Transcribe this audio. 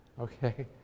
okay